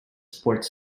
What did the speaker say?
sports